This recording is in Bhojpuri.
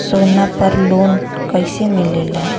सोना पर लो न कइसे मिलेला?